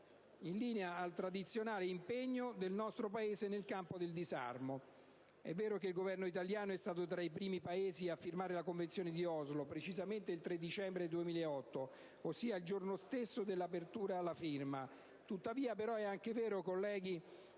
in linea con il tradizionale impegno del nostro Paese nel campo del disarmo. È vero che il Governo italiano è stato tra i primi a firmare la Convenzione di Oslo, precisamente il 3 dicembre 2008, ossia il giorno stesso dell'apertura alla firma; è però anche vero che,